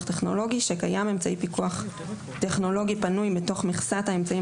טכנולוגי שקיים אמצעי פיקוח טכנולוגי פנוי מתוך מכסת האמצעים